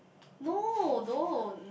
no don't